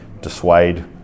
dissuade